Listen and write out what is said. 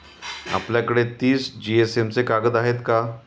आपल्याकडे तीस जीएसएम चे कागद आहेत का?